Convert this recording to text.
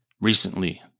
recently